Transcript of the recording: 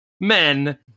Men